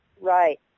Right